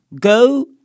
Go